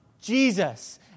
Jesus